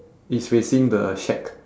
is facing the shack